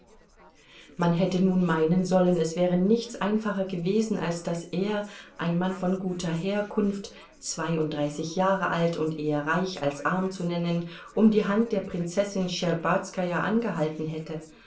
man hätte nun meinen sollen es wäre nichts einfacher gewesen als daß er ein mann von guter herkunft zweiunddreißig jahre alt und eher reich als arm zu nennen um die hand der prinzessin schtscherbazkaja angehalten hätte